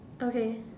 okay